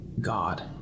god